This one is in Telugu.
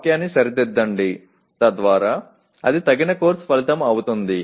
వాక్యాన్ని సరిదిద్దండి తద్వారా అది తగిన కోర్సు ఫలితం అవుతుంది